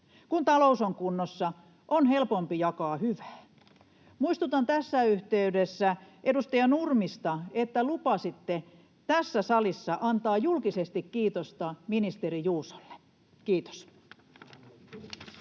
Kun talous on kunnossa, on helpompi jakaa hyvää. Muistutan tässä yhteydessä edustaja Nurmista, että lupasitte tässä salissa antaa julkisesti kiitosta ministeri Juusolle. — Kiitos.